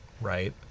right